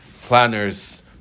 planner's